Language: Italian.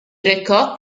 recò